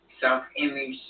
self-image